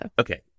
okay